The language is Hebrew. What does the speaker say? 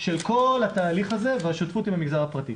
של כל התהליך הזה והשותפות עם המגזר הפרטי.